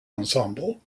ensemble